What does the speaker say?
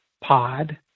pod